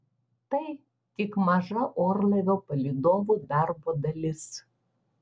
tai tik maža orlaivio palydovų darbo dalis